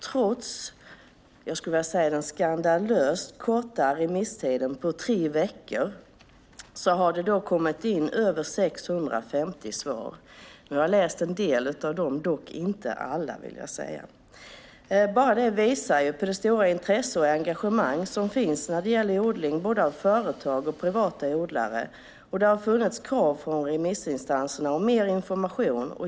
Trots den skandalöst korta remisstiden på tre veckor har det kommit in mer än 650 svar - jag har läst en del av dem, men inte alla. Det visar på det stora intresse och engagemang som finns både från företag och privata odlare när det gäller odling. Det har funnits krav från remissinstanserna om mer information.